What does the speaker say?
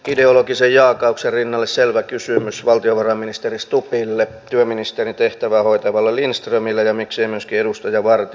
ideologisen jaakauksen rinnalle selvä kysymys valtiovarainministeri stubbille työministerin tehtävää hoitavalle lindströmille ja miksei myöskin edustaja vartiaiselle